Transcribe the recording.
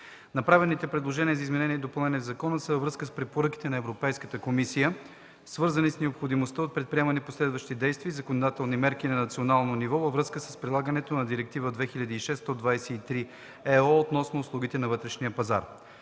Направените предложения за изменение и допълнение в закона са във връзка с препоръки на Европейската комисия, свързани с необходимостта от предприемане на последващи действия и законодателни мерки на национално ниво във връзка с прилагането на Директива 2006/123/ЕО относно услугите на вътрешния пазар.